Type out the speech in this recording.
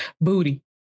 booty